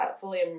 fully